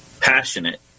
passionate